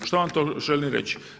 Što vam to želim reći?